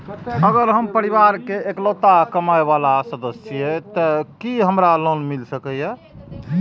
अगर हम परिवार के इकलौता कमाय वाला सदस्य छियै त की हमरा लोन मिल सकीए?